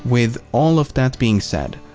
with all of that being said,